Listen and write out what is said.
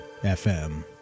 FM